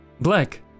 Black